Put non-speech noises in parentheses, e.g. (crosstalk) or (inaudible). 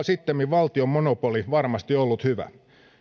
(unintelligible) sittemmin valtion monopoli varmasti ollut hyvä